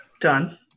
done